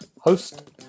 host